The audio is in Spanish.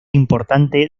importante